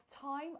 time